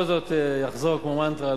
לא כדאי לך לשמוע.